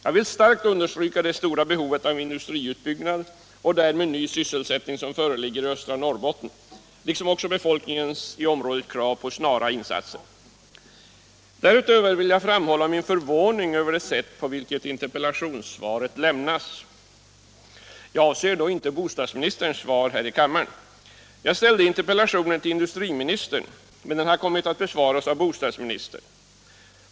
Jag vill starkt understryka det stora behov av industriutbyggnad och därmed ny sysselsättning som föreligger i östra Norrbotten, liksom de krav på snara insatser som befolkningen i området reser. Därutöver vill jag framföra min förvåning över det sätt på vilket interpellationssvaret lämnas. Jag avser då inte bostadsministerns svar här i kammaren. Jag ställde interpellationen till industriministern, men den har kommit att besvaras av bostadsministern.